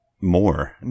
more